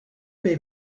may